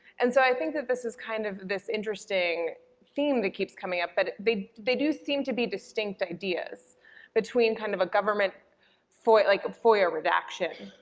and so i think that this is kind of this interesting theme that keeps coming up, but they they do seem to be distinct ideas between kind of a government like foia redaction,